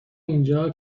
اینجا